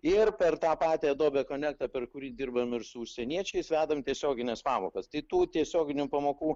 ir per tą patį adobe konektą per kurį dirbam ir su užsieniečiais vedam tiesiogines pamokas tai tų tiesioginių pamokų